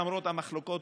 למרות המחלוקות,